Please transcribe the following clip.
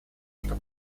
что